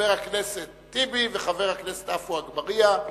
חבר הכנסת טיבי וחבר הכנסת עפו אגבאריה.